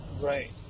Right